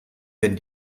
wenn